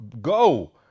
go